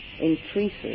increases